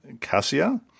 Cassia